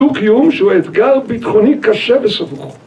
דו קיום שהוא אתגר ביטחוני קשה וסבוך